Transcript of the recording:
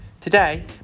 Today